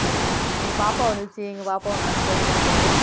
எங்கள் பாப்பா வந்துச்சு எங்கள் பாப்பாவும் நானும் சேர்ந்துதான் போனோம்